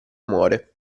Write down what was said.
muore